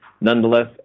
Nonetheless